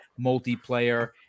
multiplayer